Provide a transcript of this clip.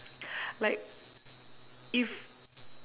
like if